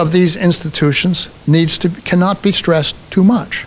of these institutions needs to be cannot be stressed too much